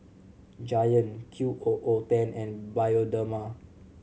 Giant Q O O ten and Bioderma